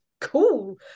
Cool